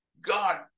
God